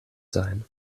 sein